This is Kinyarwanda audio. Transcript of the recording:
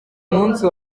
munsi